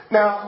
Now